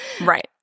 Right